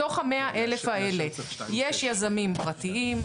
בתוך ה-100,000 האלה יש יזמים פרטיים,